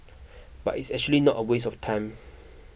but it's actually not a waste of time